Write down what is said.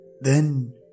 Then